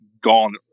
gone